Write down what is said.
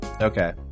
Okay